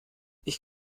ich